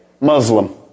Muslim